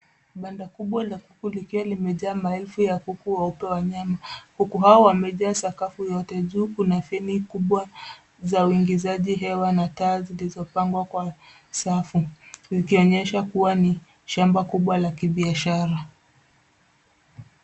Banda kubwa la kuku likiwa limejaa maelfu ya kuku wa nyama. Kuku hao wamejaa sakafu yote. Juu kuna feni kubwa za uingizaji hewa na taa zilizopangwa kwa safu, zikionyesha kuwa ni shamba kubwa la kibiashara.